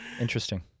Interesting